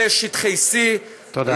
אלה שטחי C, תודה.